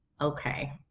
okay